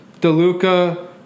DeLuca